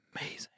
amazing